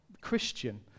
Christian